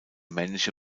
männliche